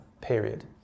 period